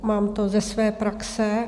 Mám to ze své praxe.